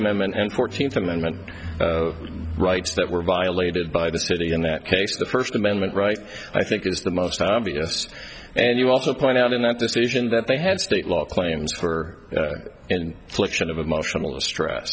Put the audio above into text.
moment and fourteenth amendment rights that were violated by the city in that case the first amendment right i think is the most obvious and you also point out in that decision that they had state law claims for and election of emotional distress